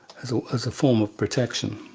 so as a form of protection.